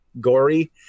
gory